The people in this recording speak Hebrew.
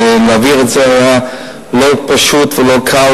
ולהעביר אותן לא היה פשוט ולא קל,